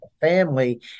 family